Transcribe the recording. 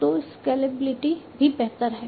तो स्केलेबिलिटी भी बेहतर है